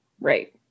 Right